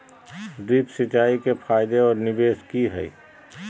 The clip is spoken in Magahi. ड्रिप सिंचाई के फायदे और निवेस कि हैय?